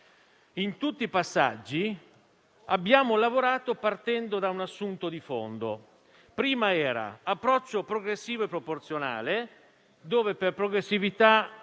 In tutti i passaggi abbiamo lavorato partendo da un assunto di fondo. Prima l'approccio era progressivo e proporzionale, dove per progressività